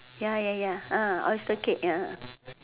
ya ya ya ah oh it's the cake ya